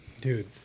Dude